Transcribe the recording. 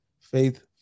Faith